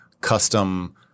custom